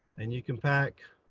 and you can pack